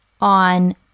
on